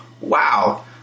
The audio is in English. Wow